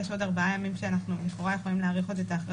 יש עוד ארבעה ימים שלכאורה אנחנו יכולים עוד להאריך את ההכרזה,